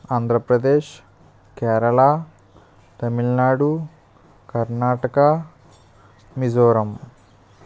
Andhra Pradesh Kerala Tamil Nadu Karnataka Mizoram